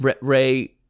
Ray